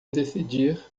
decidir